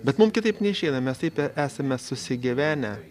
bet mum kitaip neišeina mes taip esame susigyvenę